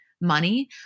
money